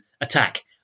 attack